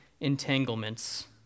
entanglements